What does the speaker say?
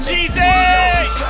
Jesus